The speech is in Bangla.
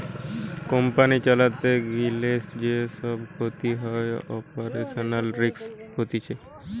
কোম্পানি চালাতে গিলে যে সব ক্ষতি হয়ে অপারেশনাল রিস্ক হতিছে